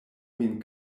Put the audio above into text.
min